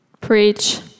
Preach